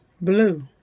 Blue